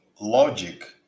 logic